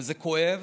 וזה כואב,